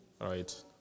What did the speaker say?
right